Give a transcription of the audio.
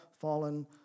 fallen